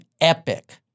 epic